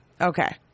Okay